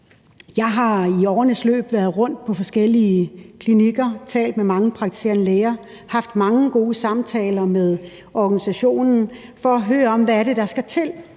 Jeg har i årenes løb været rundt på forskellige klinikker og talt med mange praktiserende læger og har også haft mange gode samtaler med organisationen for at høre, hvad det er, der skal til.